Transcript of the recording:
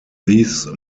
these